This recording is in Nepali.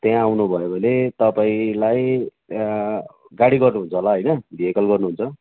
त्यहाँ आउनुभयो भने तपाईँलाई गाडी गर्नुहुन्छ होला होइन भेकल गर्नुहुन्छ